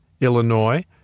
Illinois